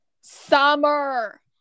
Summer